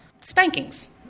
spankings